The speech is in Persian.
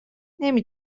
نمی